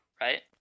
right